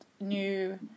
new